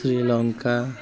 Sri Lanka